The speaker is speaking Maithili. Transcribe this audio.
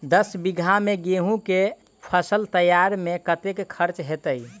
दस बीघा मे गेंहूँ केँ फसल तैयार मे कतेक खर्चा हेतइ?